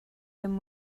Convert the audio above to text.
him